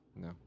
No